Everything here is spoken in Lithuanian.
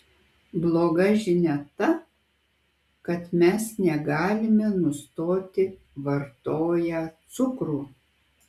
bloga žinia ta kad mes negalime nustoti vartoję cukrų